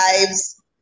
lives